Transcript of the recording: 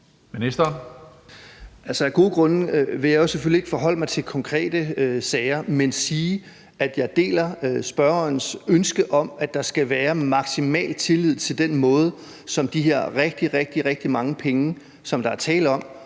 Jensen): Af gode grunde vil jeg selvfølgelig ikke forholde mig til konkrete sager, men jeg vil sige, at jeg deler spørgerens ønske om, at der skal være en maksimal tillid til den måde, hvorpå de rigtig, rigtig mange penge, som der her er tale om,